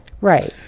Right